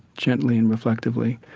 gently, and reflectively,